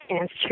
answer